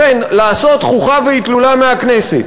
אכן, לעשות חוכא ואטלולא מהכנסת.